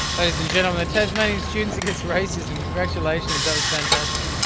ladies and gentlemen, tasmanian students against racism. congratulations, that was fantastic.